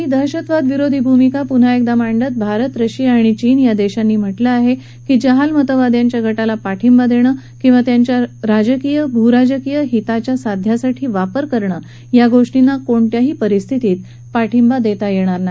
आपली दहशतवादविरोधी भूमिका पुन्हा एकदा मांडत भारत रशिया आणि चीन या देशांनी म्हटलंय की जहालमतवाद्यांच्या गटाला पाठिंबा देणं किवा त्यांच्या राजकीय भूराजकीय हित साधण्यासाठी वापर करणं या गोष्टींना कोणत्याही परिस्थितीत पाठिंबा देता येणार नाही